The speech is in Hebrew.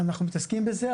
אנחנו מתעסקים בזה,